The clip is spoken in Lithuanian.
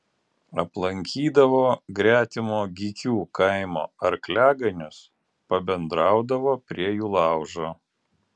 aplankydavo gretimo gykių kaimo arkliaganius pabendraudavo prie jų laužo